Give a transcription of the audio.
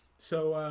so